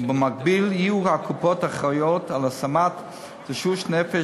במקביל יהיו הקופות אחראיות להשמת תשוש נפש